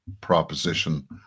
proposition